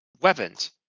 weapons